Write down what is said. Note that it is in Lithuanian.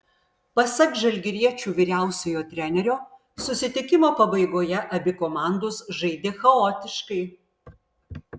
pasak žalgiriečių vyriausiojo trenerio susitikimo pabaigoje abi komandos žaidė chaotiškai